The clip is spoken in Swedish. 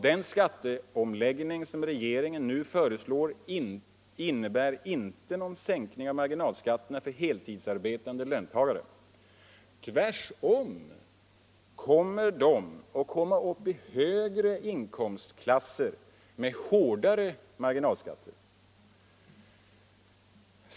Den skatteomläggning som regeringen nu föreslår innebär inte någon sänkning av marginalskatterna för heltidsarbetande löntagare. Tvärtom kommer de att komma upp i högre inkomstklasser med hårdare marginalskatter.